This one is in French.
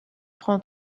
prend